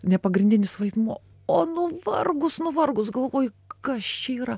ne pagrindinis vaidmuo o nuvargus nuvargus galvoju kas čia yra